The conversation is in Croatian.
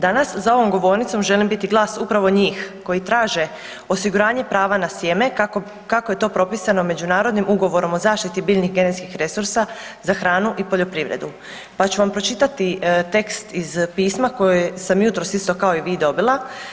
Danas za ovom govornicom želim biti glas upravo njih koji traže osiguranje prava na sjeme kako je to propisano Međunarodnim ugovorom o zaštiti biljnih genetskih resursa za hranu i poljoprivredu pa ću vam pročitati tekst iz pisma koje sam jutros isto kao i vi dobila.